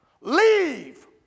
Leave